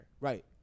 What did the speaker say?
Right